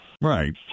Right